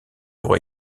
pour